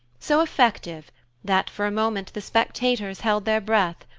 so effective that for a moment the spectators held their breath,